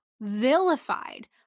vilified